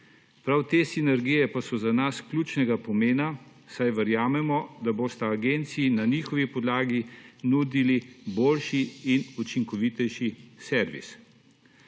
Prav te sinergije pa so za nas ključnega pomena, saj verjamemo, da bosta agenciji na njihovi podlagi nudili boljši in učinkovitejši servis.